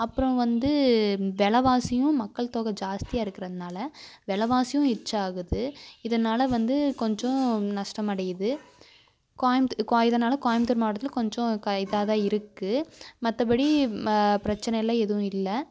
அப்புறம் வந்து விலவாசியும் மக்கள் தொகை ஜாஸ்தியாக இருக்கிறதுனால விலவாசியும் ரிச்சாகுது இதனால் வந்து கொஞ்சம் நஷ்டமடையுது கோயமுத்து கோ எதானாலும் கோயபுத்தூர் மாவட்டத்தில் கொஞ்சம் க கை இதுதான் இருக்குது மற்றபடி ம பிரச்சின எல்லாம் எதுவும் இல்லை